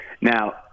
Now